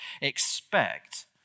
Expect